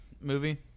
movie